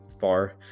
far